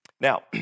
Now